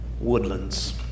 woodlands